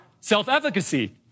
self-efficacy